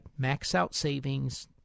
MaxOutSavings